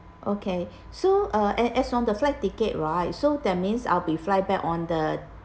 okay so uh and as for as the flight ticket right so that means I'll be fly back on the